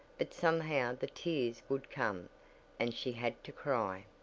but somehow the tears would come and she had to cry!